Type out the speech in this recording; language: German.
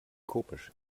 komisch